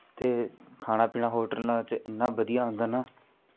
ਅਤੇ ਖਾਣਾ ਪੀਣਾ ਹੋਟਲਾਂ 'ਚ ਇੰਨਾ ਵਧੀਆ ਹੁੰਦਾ ਨਾ